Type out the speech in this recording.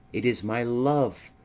it is my love!